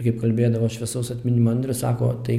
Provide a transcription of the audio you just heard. kaip kalbėdavo šviesaus atminimo andrius sako tai